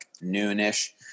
noon-ish